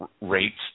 rates